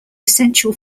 essential